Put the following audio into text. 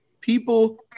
People